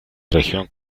región